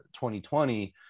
2020